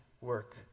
work